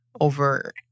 over